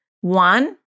one